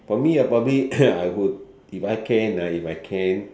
for me uh probably I will if I can ah if I can